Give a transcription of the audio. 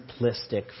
simplistic